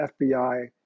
FBI